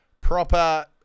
proper